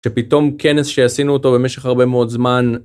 שפתאום כנס שעשינו אותו במשך הרבה מאוד זמן.